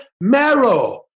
marrow